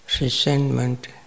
resentment